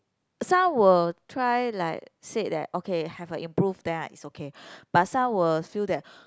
some will try like said that okay have a improve then it's okay but some will feel that